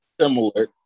similar